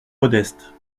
modeste